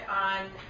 on